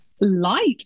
light